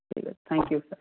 ଠିକ୍ ଅଛି thank you sir